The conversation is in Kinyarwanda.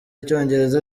icyongereza